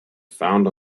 found